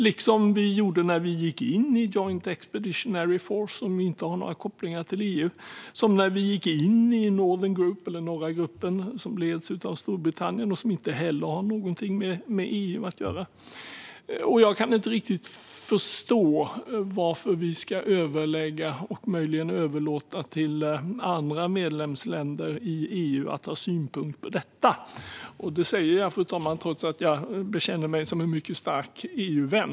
Detsamma gäller när vi gick in i Joint Expeditionary Force, som inte har några kopplingar till EU, och när vi gick in Northern Group eller Norra gruppen, som leds av Storbritannien och som inte heller har någonting med EU att göra. Jag kan inte riktigt förstå varför vi ska överlägga med och möjligen överlåta till andra medlemsländer i EU att ha synpunkter på detta. Fru talman! Det säger jag trots att jag är en mycket stark EU-vän.